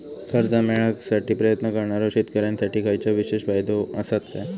कर्जा मेळाकसाठी प्रयत्न करणारो शेतकऱ्यांसाठी खयच्या विशेष फायदो असात काय?